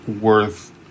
worth